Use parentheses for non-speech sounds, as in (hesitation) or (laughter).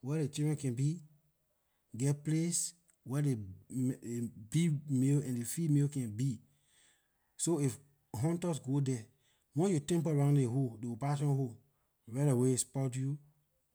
Where ley children can be it geh place where ley (hesitation) big male and ley female can be so if hunters go there once you temper round ley hole ley opossum hole right away it spot you